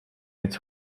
its